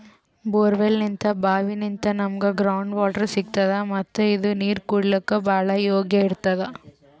ಬೋರ್ವೆಲ್ನಿಂತ್ ಭಾವಿನಿಂತ್ ನಮ್ಗ್ ground water ಸಿಗ್ತದ ಮತ್ತ್ ಇದು ನೀರ್ ಕುಡ್ಲಿಕ್ಕ್ ಭಾಳ್ ಯೋಗ್ಯ್ ಇರ್ತದ್